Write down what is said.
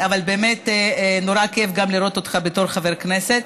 אבל באמת, נורא כיף גם לראות אותך בתור חבר כנסת.